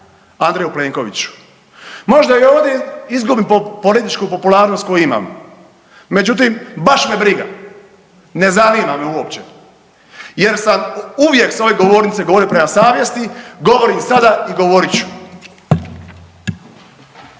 Andreju Plenkoviću. Možda i ovdje izgubim političku popularnost koju imam, međutim baš me briga, ne zanima me uopće jer sam uvijek s ove govornice govorio prema savjesti, govorim sada i govorit ću.